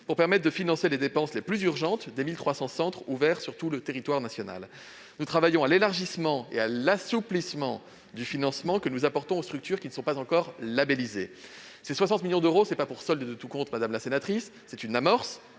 pourront ainsi financer les dépenses les plus urgentes des 1 300 centres ouverts sur le territoire national. Nous travaillons à l'élargissement et à l'assouplissement du financement que nous apportons aux structures qui ne sont pas encore labellisées. Ces 60 millions d'euros ne correspondent pas à un solde de tout compte, madame la sénatrice, mais ils sont une amorce